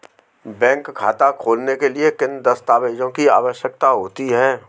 Bank खाता खोलने के लिए किन दस्तावेज़ों की आवश्यकता होती है?